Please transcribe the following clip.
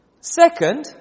Second